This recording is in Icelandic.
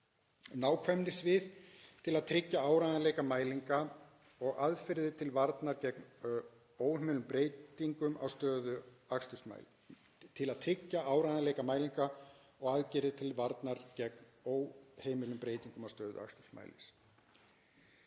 nákvæmnissvið til að tryggja áreiðanleika mælinga og aðferðir til varnar gegn óheimilum breytingum á stöðu akstursmælis.